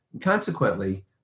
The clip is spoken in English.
Consequently